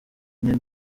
ine